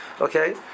okay